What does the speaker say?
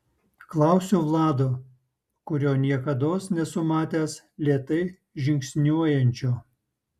klausiu vlado kurio niekados nesu matęs lėtai žingsniuojančio